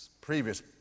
previous